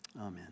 Amen